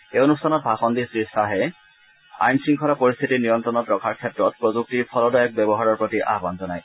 এই অনুষ্ঠানত ভাষণ দি শ্ৰীশ্বাহে আইন শংখলা পৰিস্থিতি নিয়দ্ৰণত ৰক্ষাৰ ক্ষেত্ৰত প্ৰযুক্তিৰ ফলদায়ক ব্যৱহাৰৰ আহান জনায়